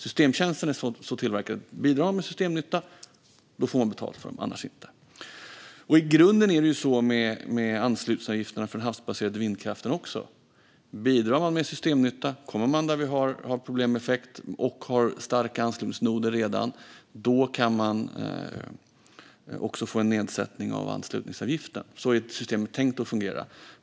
Systemtjänsterna är så utformade att bidrar de med systemnytta får man betalt för dem, annars inte. I grunden är det så med anslutningsavgifterna för den havsbaserade vindkraften också. Bidrar man med systemnytta där vi har problem med effekt och redan har starka anslutningsnoder kan man också få en nedsättning av anslutningsavgiften. Så är systemet tänkt att fungera.